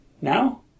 Now